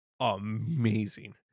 amazing